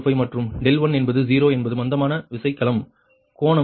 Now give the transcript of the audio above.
05 மற்றும் 1 என்பது 0 என்பது மந்தமான விசைக்கலம் கோணம்